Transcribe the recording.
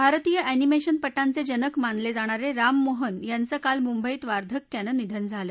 भारतीय अर्तिमेशनपटांचे जनक मानले जाणारे राम मोहन यांचं काल मुंबईत वार्धक्यानं निधन झालं